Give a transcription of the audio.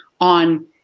on